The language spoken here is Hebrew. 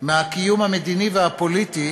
מהקיום המדיני והפוליטי,